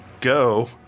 go